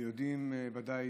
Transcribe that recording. ויודעים, ודאי